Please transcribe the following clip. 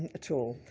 at all.